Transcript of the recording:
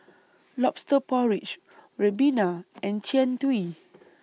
Lobster Porridge Ribena and Jian Dui